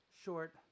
short